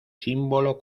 símbolo